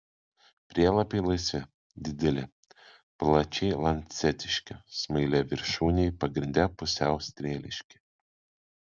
prielapiai laisvi dideli plačiai lancetiški smailiaviršūniai pagrinde pusiau strėliški